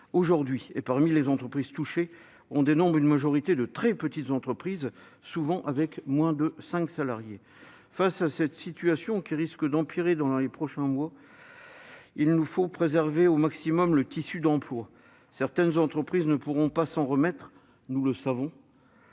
aujourd'hui. Parmi les entreprises touchées, on dénombre une majorité de très petites entreprises, souvent avec moins de cinq salariés. Face à cette situation, qui risque d'empirer dans les prochains mois, il nous faut préserver au maximum le tissu d'emplois. Certaines entreprises ne pourront pas s'en remettre, nous le savons.